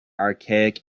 archaic